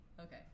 Okay